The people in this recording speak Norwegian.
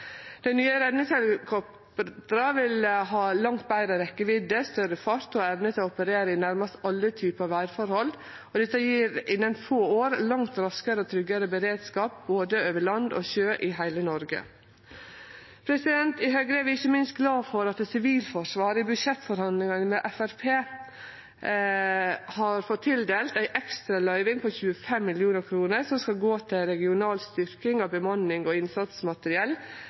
Dei nye redningshelikoptra vil ha langt betre rekkjevidde, større fart og ha evne til å operere i nærmast alle typar vêrforhold. Dette gjev innan få år langt raskare og tryggare beredskap over både land og sjø i heile Noreg. I Høgre er vi ikkje minst glade for at Sivilforsvaret i budsjettforhandlingane med Framstegspartiet har fått tildelt ei ekstra løyving på 25 mill. kr som skal gå til regional styrking av bemanning og innsatsmateriell